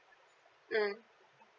mm